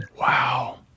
wow